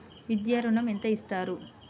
విద్యా ఋణం ఎంత ఇస్తారు?